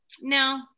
No